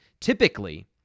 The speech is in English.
Typically